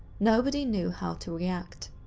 nobody knew how to react.